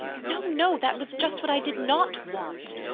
no, no! that was just what i did not want.